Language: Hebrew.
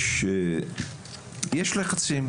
יש לחצים.